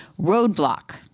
roadblock